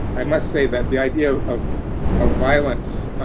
i must say that the idea of ah violence